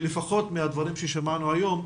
לפחות מהדברים ששמענו היום,